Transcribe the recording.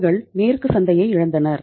அவர்கள் மேற்கு சந்தையை இழந்தனர்